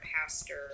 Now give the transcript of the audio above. pastor